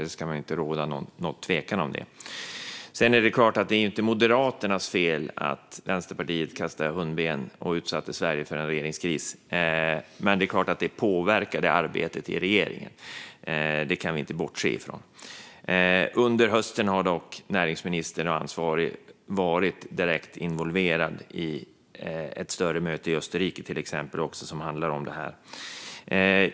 Det ska inte råda någon tvekan om det. Det är klart att det inte är Moderaternas fel att Vänsterpartiet kastade hundben och utsatte Sverige för en regeringskris, men det påverkade självklart arbetet i regeringen. Det kan vi inte bortse ifrån. Under hösten har dock näringsminister och ansvarig varit direkt involverade till exempel i ett större möte i Österrike som handlar om detta.